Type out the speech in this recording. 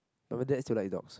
but my dad still like dogs